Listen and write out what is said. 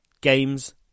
Games